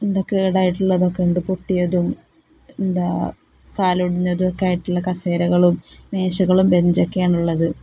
എന്തോ കേടായിട്ടുള്ളതൊക്കെ ഉണ്ട് പൊട്ടിയതും എന്താണ് കാലൊടിഞ്ഞതുമൊക്കെ ആയിട്ടുള്ള കസേരകളും മേശകളും ബെഞ്ചൊക്കെയാണുള്ളത്